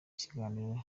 ikiganiro